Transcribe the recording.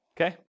Okay